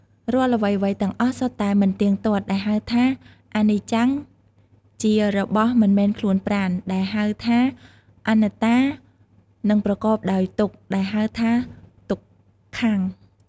រាល់អ្វីៗទាំងអស់សុទ្ធតែមិនទៀងទាត់ ដែលហៅថា អនិច្ចំ ជារបស់មិនមែនខ្លួនប្រាណ ដែលហៅថាអនត្តា និងប្រកបដោយទុក្ខ ដែលហៅថា ទុក្ខំ។